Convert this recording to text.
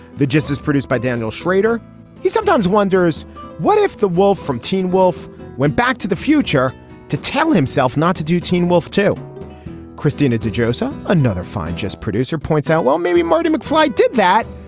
the justice produced by daniel schrader he sometimes wonders what if the wolf from teen wolf went back to the future to tell himself not to do teen wolf to christina to joseph. another fine just producer points out well maybe marty mcfly did that.